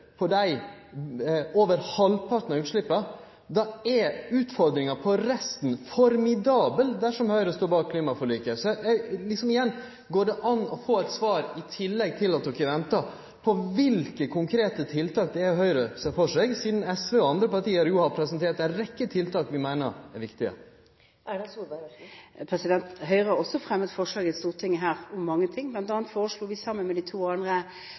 utover kvoter på over halvparten av utsleppa, er utfordringa på resten formidabel dersom Høgre står bak klimaforliket. Så eg gjentek: Går det an å få eit svar – i tillegg til at Høgre ventar – på kva konkrete tiltak Høgre ser for seg, sidan SV og andre parti jo har presentert ei rekkje tiltak vi meiner er viktige? Høyre har fremmet forslag i Stortinget om mange ting. Blant annet foreslo vi, sammen med de to andre